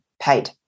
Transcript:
paid